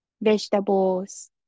vegetables